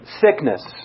sickness